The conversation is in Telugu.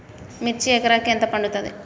మిర్చి ఎకరానికి ఎంత పండుతది?